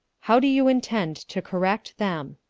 how do you intend to correct them?